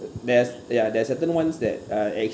there's ya there's certain ones that uh